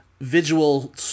visual